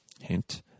Hint